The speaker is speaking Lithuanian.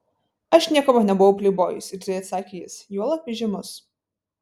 aš niekuomet nebuvau pleibojus irzliai atsakė jis juolab įžymus